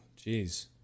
jeez